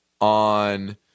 on